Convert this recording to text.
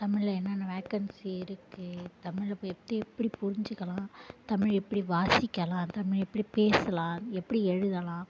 தமிழில் என்னென்ன வேகன்ஸி இருக்குது தமிழ் அப்போது எப்படி எப்படி புரிஞ்சிக்கலாம் தமிழ் எப்படி வாசிக்கலாம் தமிழ் எப்படி பேசலாம் எப்படி எழுதலாம்